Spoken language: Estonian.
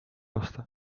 osta